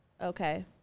Okay